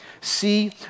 See